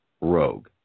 rogue